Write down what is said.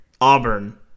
Auburn